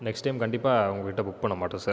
next time கண்டிப்பாக உங்ககிட்ட book பண்ண மாட்டன் சார்